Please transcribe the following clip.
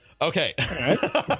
Okay